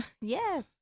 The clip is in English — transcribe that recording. Yes